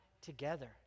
together